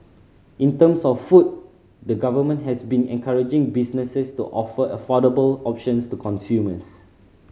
in terms of food the Government has been encouraging businesses to offer affordable options to consumers